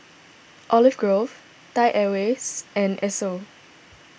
Olive Grove Thai Airways and Esso